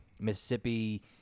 Mississippi